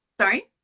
Sorry